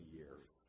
years